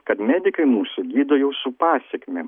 kad medikai mūsų gydo jau su pasekmėm